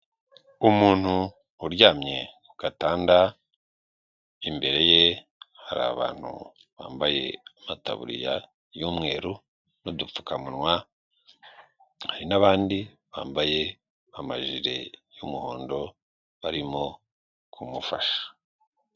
Umuntu uryamye ku gatanda imbere ye hari abantu bambaye amataburiya y'umweru n'dupfukamunwa, hari n'abandi bambaye amajire y'umuhondo barimo kumufasha.